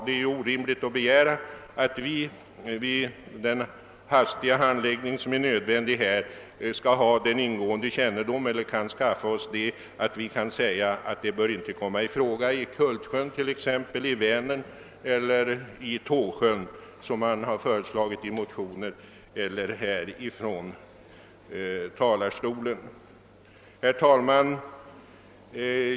Det är orimligt att begära att vi vid den hastiga handläggning som varit nödvändig skall ha kunnat skaffa oss en så ingående kännedom att vi kan säga att utbyggnad inte bör komma i fråga t.ex. i Kultsjön, i Vänern eller i Tåsjön, vilket man har föreslagit i motioner och härifrån talarstolen. Herr talman!